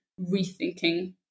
rethinking